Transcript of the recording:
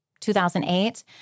2008